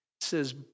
says